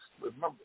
Remember